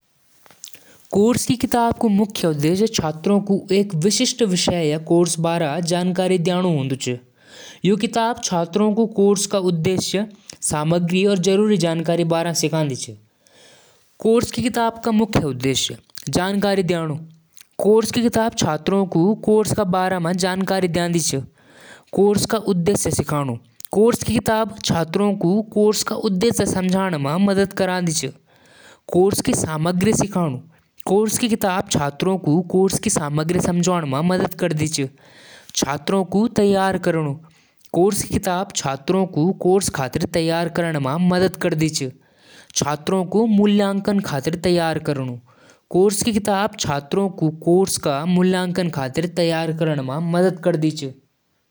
बिल्लियाँ आपस म म्याऊ, गुर्राण और शरीर क भाषा स बात करदु। जब बिल्ली खुश होलु, त यो धीमा म्याऊ करदु और पूंछ ऊपर करदु। गुस्से म बिल्ली फुफकार करदु और कान पीछे करदु। जब बिल्ली दोस्ताना मूड म होलु, त यो हल्का गूं-गूं करदु। बिल्लियाँ एक-दूसरे क गंध स भी पहचान करदु। पहाड़ म पाली जाण वाली बिल्लियाँ ज्यादातर शांत होलु, पर जब खतरा होलु, त यो तेज आवाज म फुफकार करदु। बिल्लियाँ आंखों क हाव-भाव और पंजों क हरकत स भी आपस म बात करदु।